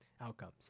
outcomes